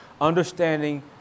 understanding